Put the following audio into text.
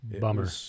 Bummer